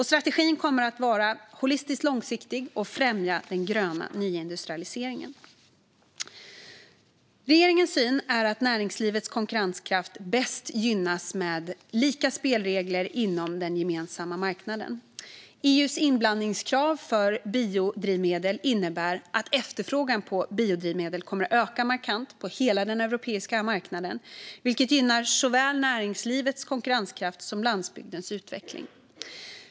Strategin kommer att vara holistiskt långsiktig och främja den gröna nyindustrialiseringen. Regeringens syn är att näringslivets konkurrenskraft bäst gynnas med lika spelregler inom den gemensamma marknaden. EU:s inblandningskrav för biodrivmedel innebär att efterfrågan på biodrivmedel kommer att öka markant på hela den europeiska marknaden, vilket gynnar såväl näringslivets konkurrenskraft som landsbygdens utveckling.